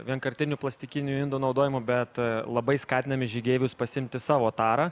vienkartinių plastikinių indų naudojimo bet labai skatiname žygeivius pasiimti savo tarą